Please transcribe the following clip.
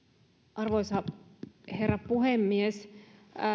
arvoisa herra puhemies